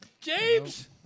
James